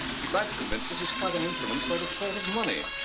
he'd like to convince us he's quite uninfluenced by the thought of money.